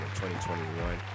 2021